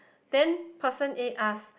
then person A ask